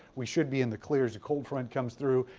we should be in the clear as the cold front comes through.